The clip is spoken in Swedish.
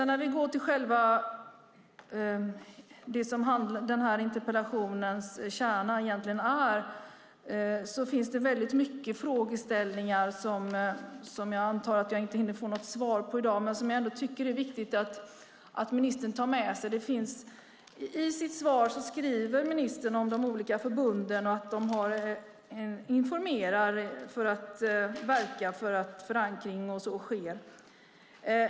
När vi går till denna interpellations kärna finns det väldigt många frågeställningar som jag antar att jag inte hinner få något svar på i dag men som jag ändå tycker att det är viktigt att ministern tar med sig. I sitt svar skriver ministern om de olika förbunden och att de informerar för att verka för att förankring sker.